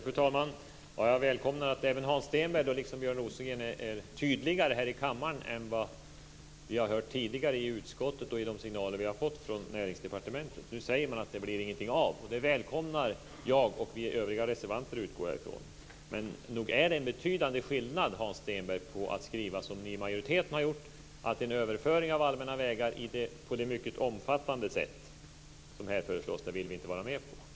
Fru talman! Jag välkomnar att Hans Stenberg liksom Björn Rosengren är tydligare här i kammaren än det vi har hört i utskottet och de signaler som vi har fått från Näringsdepartementet. Nu säger man att det inte blir någonting av. Det välkomnar jag och, utgår jag från, övriga reservanter. Men nog är det här en betydande skillnad, Hans Stenberg. Ni i majoriteten har skrivit att ni vill ha en överföring av allmänna vägar på det mycket omfattande sätt som föreslås. Det vill vi inte vara med om.